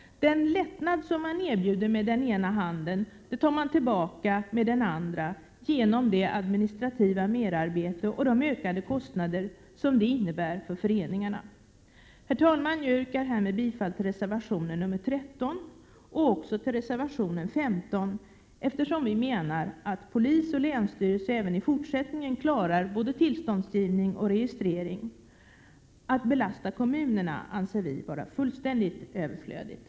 Den lättnad som man erbjuder med den ena handen tar man tillbaka med den andra genom det administrativa merarbete och de ökade kostnader som det innebär för föreningarna. Jag yrkar härmed bifall till reservation 13 och även till reservation 15, eftersom vi menar att polis och länsstyrelse även i fortsättningen klarar både tillståndsgivning och registrering. Att belasta kommunerna anser vi vara fullständigt överflödigt.